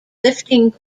lifting